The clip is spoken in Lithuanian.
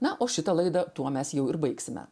na o šitą laidą tuo mes jau ir baigsime